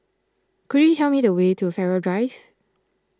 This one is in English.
could you tell me the way to Farrer Drive